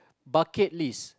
bucket list